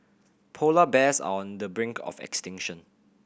polar bears are on the brink of extinction